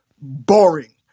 boring